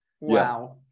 Wow